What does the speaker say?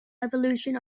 evolution